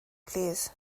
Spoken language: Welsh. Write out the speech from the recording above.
plîs